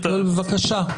בבקשה.